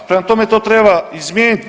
Prema tome, to treba izmijeniti.